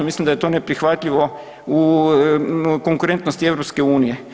Mislim da je to neprihvatljivo u konkurentnosti EU.